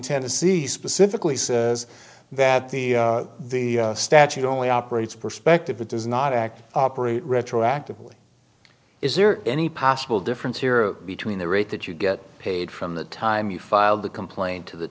tennessee specifically says that the the statute only operates perspective it does not act operate retroactively is there any possible difference here between the rate that you get paid from the time you filed the complaint to the